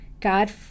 God